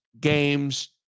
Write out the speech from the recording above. game's